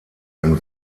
ein